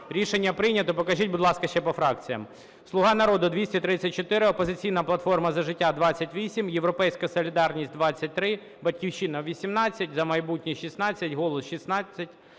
Рішення прийнято. Покажіть, будь ласка, ще по фракціях.